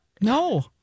no